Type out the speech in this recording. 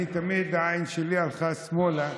תמיד העין שלי הלכה שמאלה.